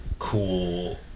cool